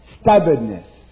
stubbornness